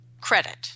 credit